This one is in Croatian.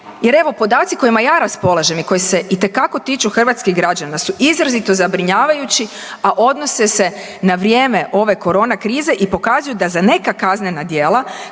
Jer evo podaci kojima ja raspolažem i koji se itekako tiču hrvatskih građana su izrazito zabrinjavajući, a odnose se na vrijeme ove korona krize i pokazuju da za neka kaznena djela